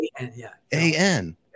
A-N